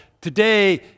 today